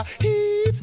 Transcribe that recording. heat